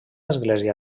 església